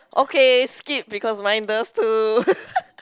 okay skip because mine does too